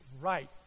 right